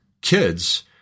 kids